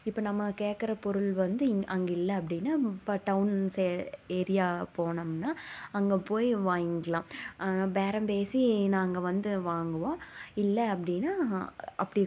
இப்போ நம்ம கேட்கற பொருள் வந்து இங்கே அங்கே இல்லை அப்படினா இப்போ டவுன் ச ஏரியா போனம்னால் அங்கே போய் வாங்கிலாம் பேரம்பேசி நாங்கள் வந்து வாங்குவோம் இல்லை அப்படினா அப்படி